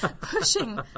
pushing